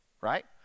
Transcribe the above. right